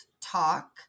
talk